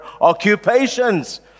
occupations